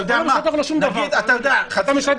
אתה משדר